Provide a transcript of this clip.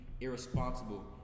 irresponsible